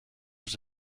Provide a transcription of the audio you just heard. was